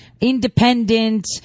Independent